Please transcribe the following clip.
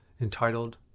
entitled